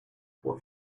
what